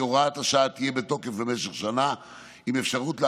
הוראת השעה תהיה בתוקף במשך שנה עם אפשרות להארכה,